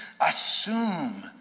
assume